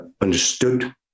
understood